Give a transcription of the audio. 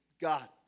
God